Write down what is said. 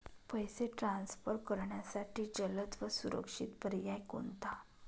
पैसे ट्रान्सफर करण्यासाठी जलद व सुरक्षित पर्याय कोणता?